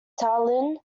tallinn